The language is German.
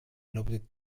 lautet